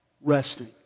resting